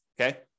okay